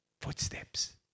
footsteps